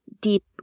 deep